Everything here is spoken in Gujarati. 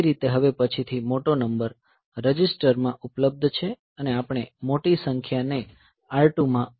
તે રીતે હવે પછીનો મોટો નંબર રજિસ્ટરમાં ઉપલબ્ધ છે અને આપણે મોટી સંખ્યાને R2 માં મૂવ કરીએ છીએ MOV R2A